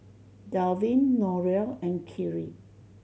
Darwin Donell and Keri